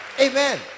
amen